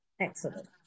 Excellent